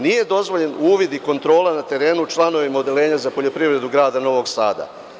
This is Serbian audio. Nije dozvoljen uvid i kontrola na terenu članovima odeljenja za poljoprivredu grada Novog Sada.